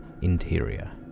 interior